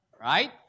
right